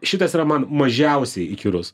šitas yra man mažiausiai įkyrus